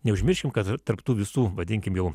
neužmiršim kad tarp tų visų vadinkim jau